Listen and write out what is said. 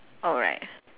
oh right